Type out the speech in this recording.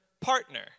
partner